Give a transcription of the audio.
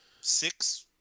six